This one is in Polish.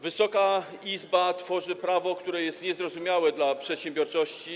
Wysoka Izba tworzy prawo, które jest niezrozumiałe dla przedsiębiorczości.